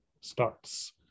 starts